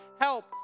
help